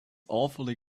awfully